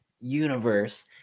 universe –